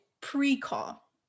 pre-call